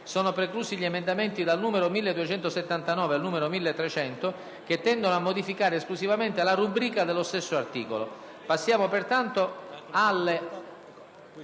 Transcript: sono preclusi gli emendamenti da 1.279 a 1.300, che tendono a modificare esclusivamente la rubrica dello stesso articolo,